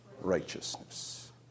Righteousness